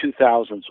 2000s